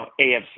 AFC